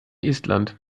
estland